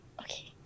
Okay